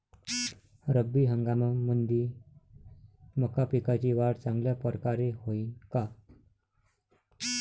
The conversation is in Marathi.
रब्बी हंगामामंदी मका पिकाची वाढ चांगल्या परकारे होईन का?